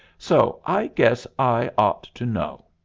so i guess i ought to know.